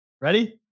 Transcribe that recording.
Ready